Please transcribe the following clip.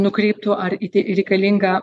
nukreiptų ar iti reikalinga